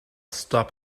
stop